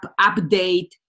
update